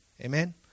Amen